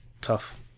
Tough